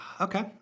okay